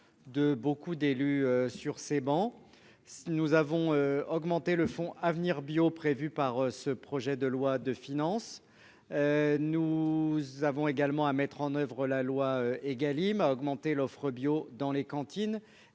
de beaucoup d'élus sur ces bancs, si nous avons augmenté le Fonds Avenir Bio prévues par ce projet de loi de finances. Nous avons également à mettre en oeuvre la loi Egalim à augmenter l'offre bio dans les cantines